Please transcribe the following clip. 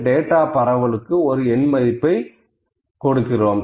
data பரவலுக்கு ஒரு எண் மதிப்பை கொடுக்கிறோம்